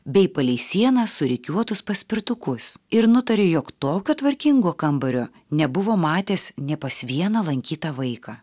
bei palei sieną surikiuotus paspirtukus ir nutarė jog tokio tvarkingo kambario nebuvo matęs nė pas vieną lankytą vaiką